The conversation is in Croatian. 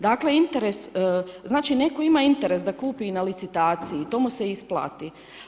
Dakle, interes, znači netko ima interes da kupi i na licitaciji i to mu se isplati.